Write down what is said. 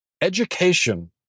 education